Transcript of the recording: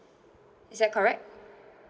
is that correct